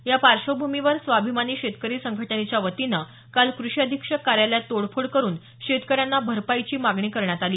या पार्श्वभूमीवर स्वाभिमानी शेतकरी संघटनेच्या वतीनं काल कृषी अधीक्षक कार्यालयात तोडफोड करून शेतकऱ्यांना भरपाईची मागणी करण्यात आली